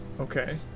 Okay